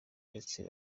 ndetse